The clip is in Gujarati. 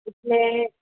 એટલે